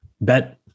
bet